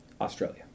Australia